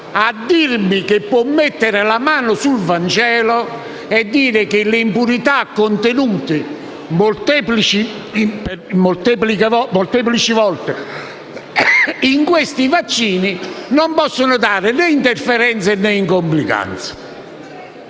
a dirmi che può mettere la mano sul Vangelo e dire che le impurità contenute molteplici volte in questi vaccini non possono dare né interferenze, né complicanze.